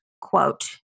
quote